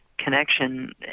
connection